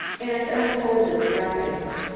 and unfolded the wrappings.